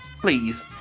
Please